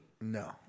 No